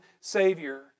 Savior